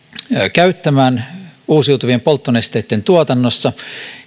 käyttämään uusiutuvien polttonesteitten tuotannossa